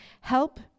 help